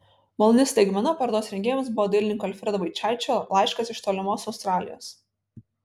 maloni staigmena parodos rengėjams buvo dailininko alfredo vaičaičio laiškas iš tolimos australijos